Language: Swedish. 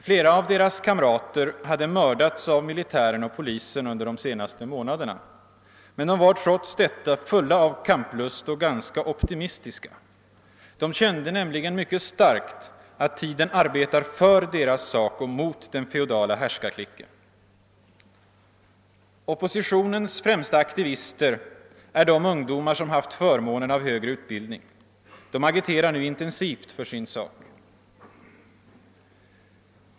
Flera av deras kamrater hade mördats av militären och polisen under de senaste månaderna, men de var trots detta fulla av kamplust och ganska optimistiska. De kände nämligen mycket starkt att tiden arbetar för deras sak och mot den feodala härskarklicken. Oppositionens främsta aktivister är de ungdomar som haft förmånen av högre utbildning. De agiterar nu intensivt för sin sak.